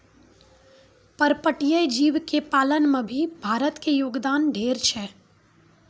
पर्पटीय जीव के पालन में भी भारत के योगदान ढेर छै